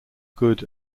good